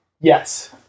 Yes